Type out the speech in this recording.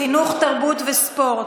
חינוך, תרבות וספורט.